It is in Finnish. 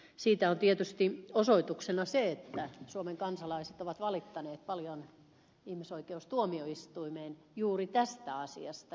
siitä on tietysti osoituksena se että suomen kansalaiset ovat valittaneet paljon ihmisoikeustuomioistuimeen juuri tästä asiasta